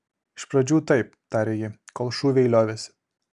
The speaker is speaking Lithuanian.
iš pradžių taip tarė ji kol šūviai liovėsi